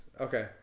okay